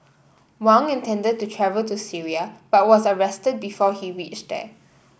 Wang intended to travel to Syria but was arrested before he reached there